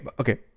Okay